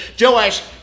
Joash